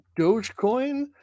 Dogecoin